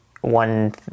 one